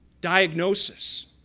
diagnosis